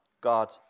God